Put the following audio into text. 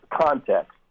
context